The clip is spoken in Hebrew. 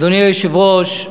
אדוני היושב-ראש,